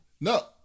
no